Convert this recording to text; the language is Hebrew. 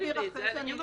תסבירי לי את זה, אני לא